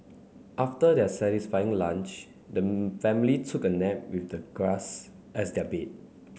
after their satisfying lunch the family took a nap with the grass as their bed